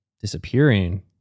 disappearing